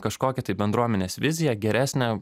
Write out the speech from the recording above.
kažkokią tai bendruomenės viziją geresnę